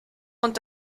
und